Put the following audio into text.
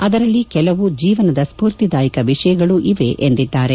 ಅದರಲ್ಲಿ ಕೆಲವು ಜೀವನದ ಸ್ಪೂರ್ತಿದಾಯಕ ವಿಷಯಗಳೂ ಇವೆ ಎಂದಿದ್ದಾರೆ